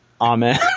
Amen